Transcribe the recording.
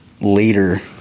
later